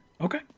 Okay